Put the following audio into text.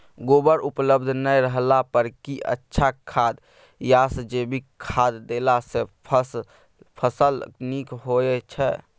गोबर उपलब्ध नय रहला पर की अच्छा खाद याषजैविक खाद देला सॅ फस ल नीक होय छै?